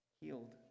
Healed